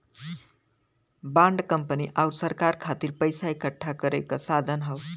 bond company आउर सरकार खातिर पइसा इकठ्ठा करे क साधन हौ